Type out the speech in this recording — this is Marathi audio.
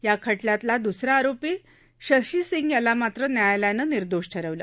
या खटल्यातला दसरा आरोपी शशी सिंग याला मात्र न्यायालयानं निर्दोष ठरवलं